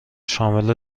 شامل